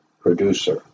producer